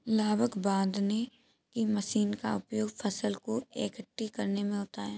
लावक बांधने की मशीन का उपयोग फसल को एकठी करने में होता है